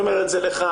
אני אומר את זה לך,